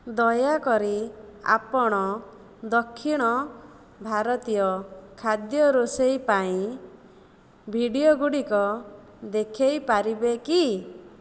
ଦୟାକରି ଆପଣ ଦକ୍ଷିଣ ଭାରତୀୟ ଖାଦ୍ୟ ରୋଷେଇ ପାଇଁ ଭିଡିଓଗୁଡ଼ିକ ଦେଖାଇ ପାରିବେ କି